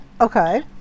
Okay